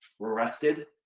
arrested